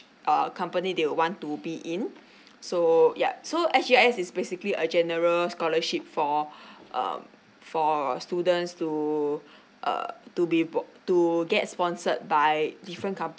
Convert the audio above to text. err company they will want to be in so yup so S_G_I_S is basically a general scholarship for um for students to uh to be bond to get sponsored by different companies